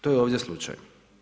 To je ovdje slučaj.